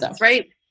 Right